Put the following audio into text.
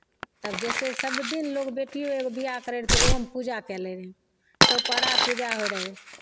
तब जैसे सभदिन लोक बेटियोके बियाह करैत रहय तऽ ओहोमे पूजा कए लैत रहय चौपहरा पूजा होइत रहय